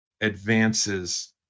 advances